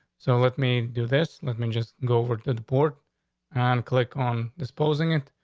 so let me do this. let me just go over to the port and click on disposing it.